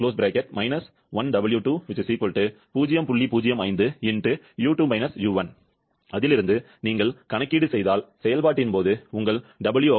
05 × u2 − u1 அதிலிருந்து நீங்கள் கணக்கீடு செய்தால் செயல்பாட்டின் போது உங்கள் Wout வரும் Wout 8